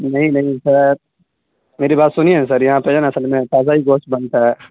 نہیں نہیں سر میری بات سنئے نا سر یہاں پہ جو ہے نا اصل میں تازہ ہی گوشت بنتا ہے